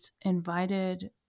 invited